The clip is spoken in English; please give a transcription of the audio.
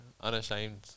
unashamed